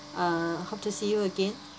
uh hope to see you again